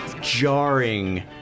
jarring